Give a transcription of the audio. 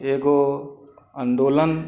एगो अन्दोलन